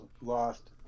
lost